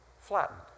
flattened